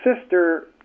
sister